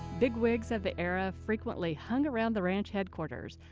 big wigs of the era frequently hung around the ranch headquarters.